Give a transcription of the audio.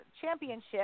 championship